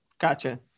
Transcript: Gotcha